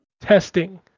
testing